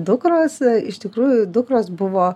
dukros iš tikrųjų dukros buvo